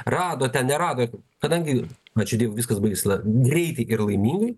rado ten nerado kadangi ačiū dievui viskas baigėsi la greitai ir laimingai